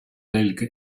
lelijke